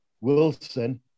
Wilson